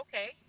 okay